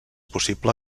possible